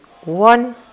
one